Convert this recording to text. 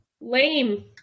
Lame